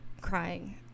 crying